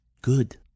good